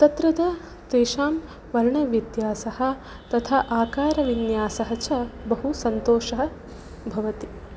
तत्र च तेषां वर्णव्यत्यासः तथा आकारविन्यासः च बहु सन्तोषः भवति